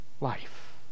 life